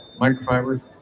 microfibers